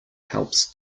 helps